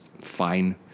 fine